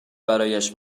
برایش